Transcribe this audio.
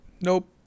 Nope